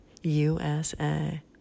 USA